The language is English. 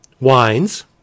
Wines